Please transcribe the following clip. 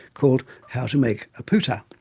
called how to make a pooter.